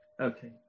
Okay